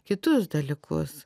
kitus dalykus